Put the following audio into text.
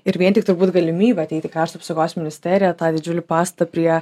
ir vien tik turbūt galimybė ateiti į krašto apsaugos ministeriją tą didžiulį pastatą prie